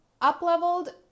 up-leveled